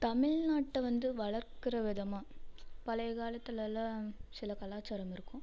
தமிழ்நாட்டை வந்து வளர்க்கிற விதமாக பழைய காலத்திலலாம் சில கலாச்சாரம் இருக்கும்